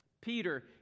Peter